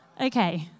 Okay